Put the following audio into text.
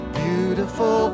beautiful